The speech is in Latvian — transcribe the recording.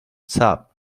sāp